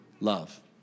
love